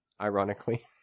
ironically